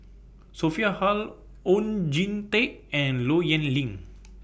Sophia Hull Oon Jin Teik and Low Yen Ling